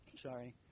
sorry